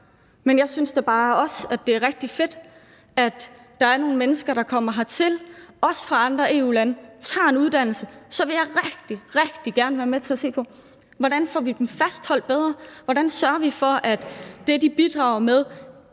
men jeg synes da bare også, at det er rigtig fedt, at der er nogle mennesker, der kommer hertil, også fra andre EU-lande, og tager en uddannelse, og så vil jeg rigtig, rigtig gerne være med til at se på, hvordan vi får dem fastholdt bedre, hvordan vi sørger for, at det, de bidrager med,